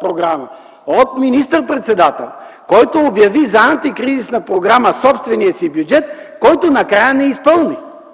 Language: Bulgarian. програма от министър-председател, който обяви за антикризисна програма собствения си бюджет, който накрая не изпълни